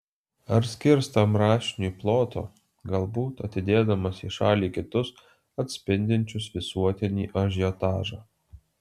ar skirs tam rašiniui ploto galbūt atidėdamas į šalį kitus atspindinčius visuotinį ažiotažą